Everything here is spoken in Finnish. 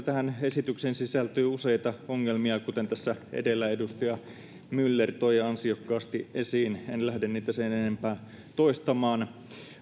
tähän esitykseen sisältyy useita ongelmia kuten tässä edellä edustaja myller toi ansiokkaasti esiin en lähde niitä sen enempää toistamaan